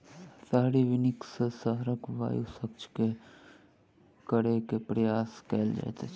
शहरी वानिकी सॅ शहरक वायु स्वच्छ करै के प्रयास कएल जाइत अछि